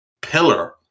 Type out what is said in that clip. pillar